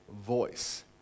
voice